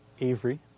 Avery